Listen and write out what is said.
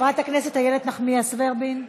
חברת הכנסת איילת נחמיאס ורבין,